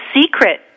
secret